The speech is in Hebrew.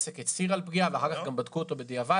הצהרה על פגיעה ואחר כך בדיקה בדיעבד.